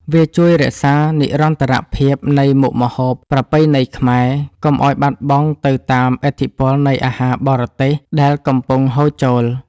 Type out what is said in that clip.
វាជួយរក្សានិរន្តរភាពនៃមុខម្ហូបប្រពៃណីខ្មែរ កុំឱ្យបាត់បង់ទៅតាមឥទ្ធិពលនៃអាហារបរទេសដែលកំពុងហូរចូល។